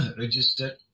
registered